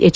H